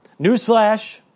Newsflash